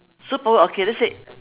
superpower okay let's say